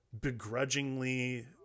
begrudgingly